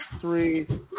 Three